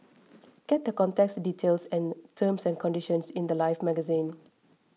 get the contest details and terms and conditions in the Life magazine